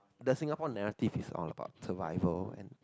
the Singapore narrative is all about survival and